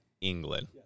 England